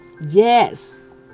Yes